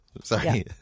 Sorry